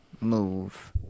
move